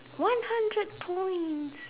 one hundred points